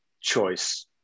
choice